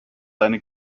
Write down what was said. seine